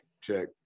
check